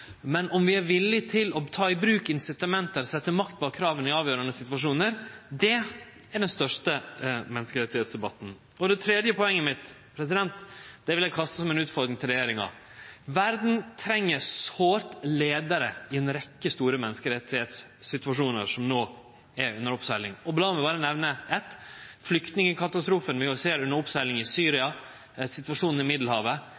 Men om vi er villige til å ta i bruk incitament, setje makt bak krava i avgjerande situasjonar – det er den største menneskerettsdebatten. Det tredje poenget mitt vil eg kaste som ei utfordring til regjeringa: Verda treng sårt leiarar i ei rekkje store menneskerettssituasjonar som no er under oppsegling. La meg berre nemne eitt: flyktningkatastrofen vi ser er under oppsegling i Syria, situasjonen i